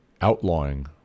outlawing